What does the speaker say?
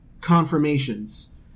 confirmations